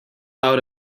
out